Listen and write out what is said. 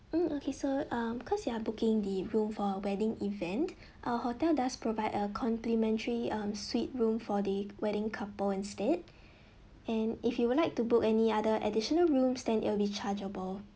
mm okay so um cause you are booking the room for a wedding event uh hotel does provide a complimentary um suite room for the wedding couple instead and if you would like to book any other additional rooms then it'll be chargeable